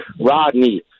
Rodney